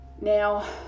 Now